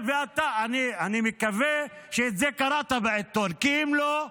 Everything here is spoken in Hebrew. אני מקווה שאת זה קראת בעיתון, כי אם לא,